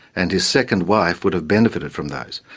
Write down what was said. and his second wife would have benefited from those.